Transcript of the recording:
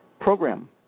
program